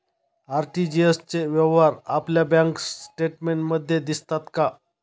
RTGS चे व्यवहार आपल्या बँक स्टेटमेंटमध्ये दिसतात का?